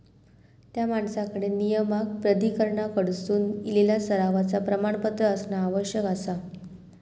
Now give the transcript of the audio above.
त्या माणसाकडे नियामक प्राधिकरणाकडसून इलेला सरावाचा प्रमाणपत्र असणा आवश्यक आसा